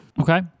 Okay